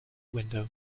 window